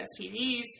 stds